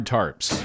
Tarps